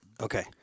Okay